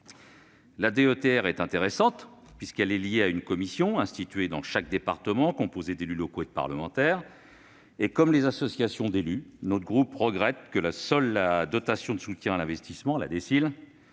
La DETR est intéressante puisqu'elle est liée à une commission instituée dans chaque département, composée d'élus locaux et de parlementaires. Comme les associations d'élus, mon groupe regrette que seule la dotation de soutien à l'investissement local (DSIL)